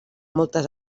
moltes